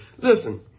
listen